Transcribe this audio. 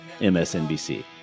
MSNBC